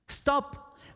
Stop